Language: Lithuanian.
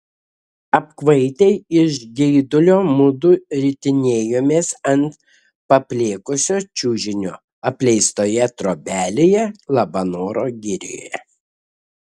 apkvaitę iš geidulio mudu ritinėjomės ant paplėkusio čiužinio apleistoje trobelėje labanoro girioje